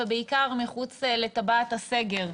ובעיקר מחוץ לטבעת הסגר,